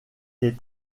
est